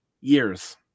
years